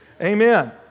Amen